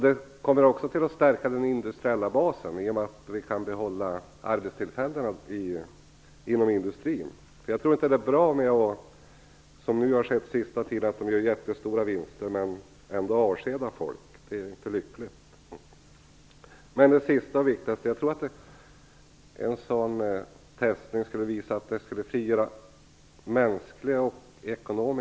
Det kommer också att stärka den industriella basen. Vi kan behålla arbetstillfällen inom industrin. Jag tror inte att det som har skett den senaste tiden är bra, att industrin gör jättestora vinster och ändå avskedar folk. Det är inte lyckligt. Det viktigaste är dock att man skulle kunna visa att mänsklig och ekonomisk energi frigörs.